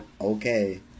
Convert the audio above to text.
okay